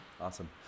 Awesome